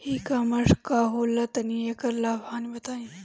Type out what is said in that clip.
ई कॉमर्स का होला तनि एकर लाभ हानि बताई?